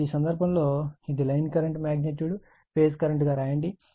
కాబట్టి ఈ సందర్భంలో కాబట్టి ఇది line current magnitude phase current గా వ్రాయండి